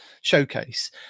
showcase